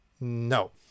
no